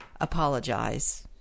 apologize